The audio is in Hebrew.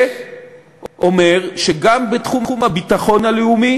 וזה אומר שגם בתחום הביטחון הלאומי